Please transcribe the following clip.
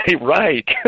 right